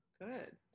good